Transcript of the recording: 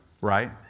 Right